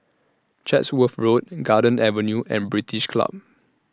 Chatsworth Road Garden Avenue and British Club